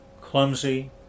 clumsy